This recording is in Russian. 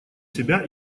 себя